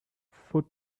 foot